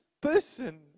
person